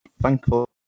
thankful